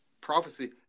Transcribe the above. prophecy